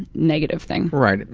negative thing. right,